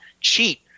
cheat